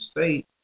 state